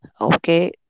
Okay